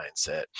mindset